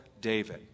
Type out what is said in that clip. David